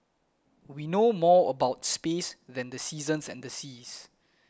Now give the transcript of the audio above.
we know more about space than the seasons and seas